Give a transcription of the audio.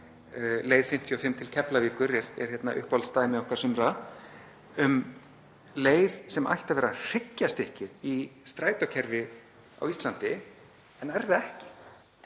Leið 55 til Keflavíkur er uppáhaldsdæmi okkar sumra um leið sem ætti að vera hryggjarstykkið í strætókerfi á Íslandi en er það ekki.